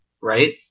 Right